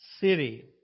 city